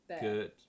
Good